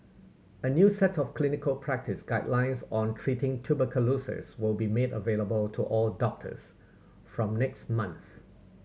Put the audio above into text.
a new set of clinical practice guidelines on treating tuberculosis will be made available to all doctors from next month